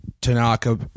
Tanaka